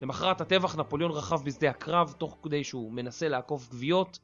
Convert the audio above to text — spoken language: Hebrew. למחרת הטבח נפוליאון רכב בשדה הקרב תוך כדי שהוא מנסה לעקוף גוויות